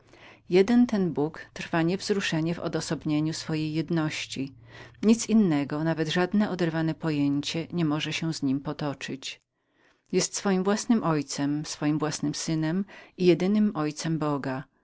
jeden ten bóg jest niewzruszonym w odosobieniu swojej jedności nic innego nawet rozum nie może się z nim połączyć on jest swoim własnym ojcem swoim własnym synem i jedynym ojcem boga